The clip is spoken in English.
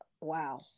wow